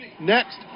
next